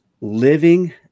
living